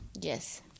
Yes